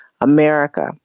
America